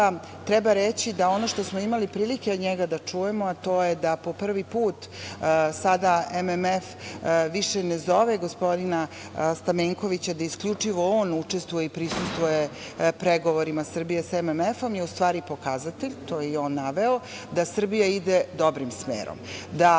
treba reći da ono što smo imali prilike od njega da čujemo, a to je da po prvi put sada MMF više ne zove gospodina Stamenkovića da isključivo on učestvuje i prisustvuje pregovorima Srbija sa MMF, je u stvari pokazatelj, to je i on naveo, da Srbija ide dobrim smerom, da